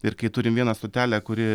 ir kai turim vieną stotelę kuri